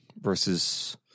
versus